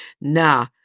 nah